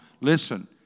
listen